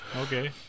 Okay